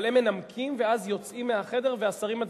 אבל הם מנמקים ואז יוצאים מהחדר, והשרים מצביעים,